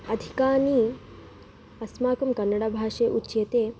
अधिकानि अस्माकं कन्नडभाषायाम् उच्यते